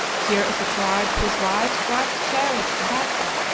here is a tribe whose wives drive the chariots to battle,